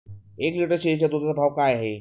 एक लिटर शेळीच्या दुधाचा भाव काय आहे?